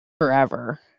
forever